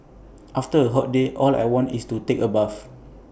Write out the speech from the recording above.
after A hot day all I want to do is take A bath